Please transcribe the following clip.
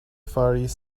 faris